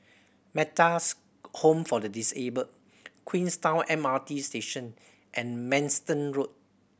Metta's Home for the Disabled Queenstown M R T Station and Manston Road